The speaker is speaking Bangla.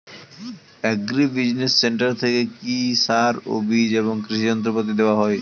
এগ্রি বিজিনেস সেন্টার থেকে কি সার ও বিজ এবং কৃষি যন্ত্র পাতি দেওয়া হয়?